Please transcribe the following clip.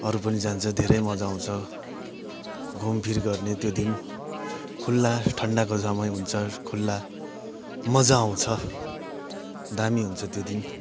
अरू पनि जान्छ धैरै मजा आउँछ घुमफिर गर्ने त्यो दिन खुल्ला ठन्डाको समय हुन्छ खुल्ला मजा आउँछ दामी हुन्छ त्यो दिन